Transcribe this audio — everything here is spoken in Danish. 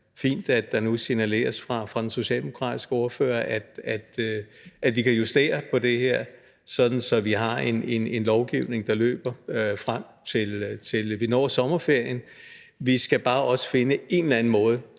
fint, at der nu signaleres fra den socialdemokratiske ordfører, at vi kan justere på det her, sådan at vi har en lovgivning, der løber, frem til vi når sommerferien. Vi skal også bare finde en eller anden måde,